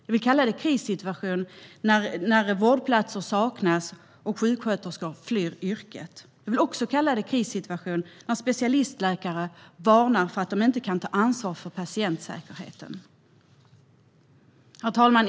Jag vill kalla det krissituation när vårdplatser saknas och sjuksköterskor flyr yrket. Jag vill kalla det krissituation när specialistläkare varnar för att de inte kan ta ansvar för patientsäkerheten. Herr talman!